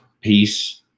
Peace